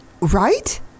right